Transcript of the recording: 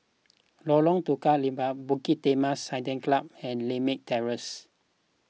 Lorong Tukang Lima Bukit Timah Saddle Club and Lakme Terrace